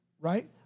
Right